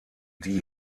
die